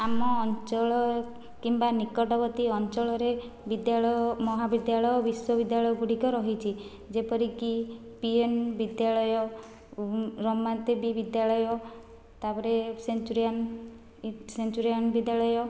ଆମ ଅଞ୍ଚଳ କିମ୍ବା ନିକଟବର୍ତ୍ତୀ ଅଞ୍ଚଳରେ ବିଦ୍ୟାଳୟ ମହାବିଦ୍ୟାଳୟ ବିଶ୍ଵବିଦ୍ୟାଳୟ ଗୁଡ଼ିକ ରହିଛି ଯେପରିକି ପିଏନ୍ ବିଦ୍ୟାଳୟ ରମାଦେବୀ ବିଦ୍ୟାଳୟ ତା'ପରେ ସେଞ୍ଚୁରିଆନ ସେଞ୍ଚୁରିଆନ ବିଦ୍ୟାଳୟ